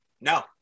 No